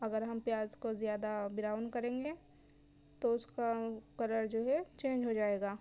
اگر ہم پیاز کو زیادہ براؤن کرینگے تو اس کا کلر جو ہے چینج ہو جائے گا